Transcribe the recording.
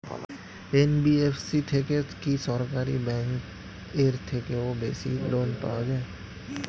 NBFC থেকে কি সরকারি ব্যাংক এর থেকেও বেশি লোন পাওয়া যায়?